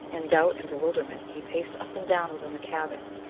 in doubt and bewilderment he paced up and down within the cabin,